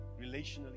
relationally